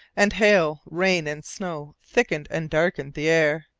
and hail, rain, and snow thickened and darkened the air.